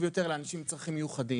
טוב יותר לאנשים עם צרכים מיוחדים,